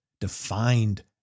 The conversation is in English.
defined